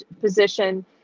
position